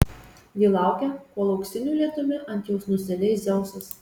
ji laukia kol auksiniu lietumi ant jos nusileis dzeusas